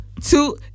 Two